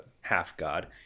half-god